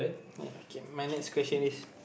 ya okay my next question is